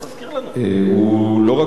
הוא לא רק הזכיר אותו,